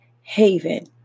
haven